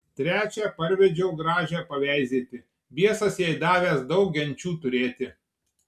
trečią parvedžiau gražią paveizėti biesas jai davęs daug genčių turėti